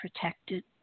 protected